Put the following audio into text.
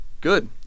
good